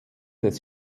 des